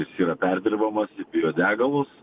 jis yra perdirbamas į biodegalus